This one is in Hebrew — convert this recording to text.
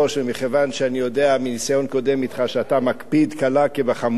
ומכיוון שאני יודע מניסיון קודם אתך שאתה מקפיד קלה כחמורה,